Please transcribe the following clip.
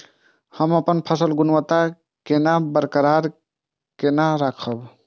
हम अपन फसल गुणवत्ता केना बरकरार केना राखब?